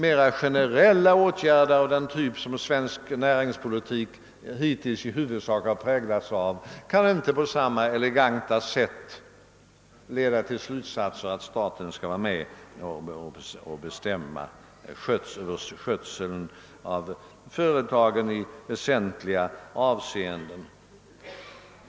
Mera generella åtgärder av den typ som svensk näringspolitik hittills i huvudsak präglats av kan inte på samma eleganta sätt leda till slutsatsen att staten i väsentliga avseenden skall få delta i bestämmandet av skötseln av företagen.